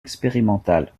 expérimental